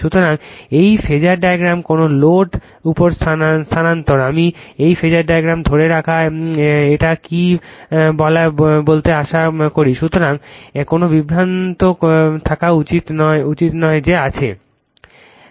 সুতরাং এই phasor diagram কোন লোড উপর স্থানান্তর আমি এই ফেজার ডায়াগ্রাম ধরে রাখা এটা কি বলা এই বলতে বুঝতে আশা করি সুতরাং কোন বিভ্রান্তি কোন বিভ্রান্তি থাকা উচিত নয় যে আছে